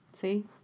See